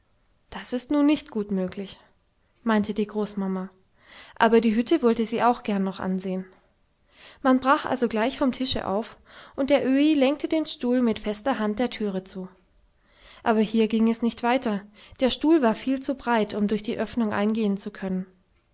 das ist nun nicht gut möglich meinte die großmama aber die hütte wollte sie auch gern noch ansehen man brach also gleich vom tische auf und der öhi lenkte den stuhl mit fester hand der türe zu aber hier ging es nicht weiter der stuhl war viel zu breit um durch die öffnung eingehen zu können